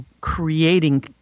creating